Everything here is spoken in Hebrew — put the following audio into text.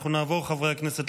חברי הכנסת,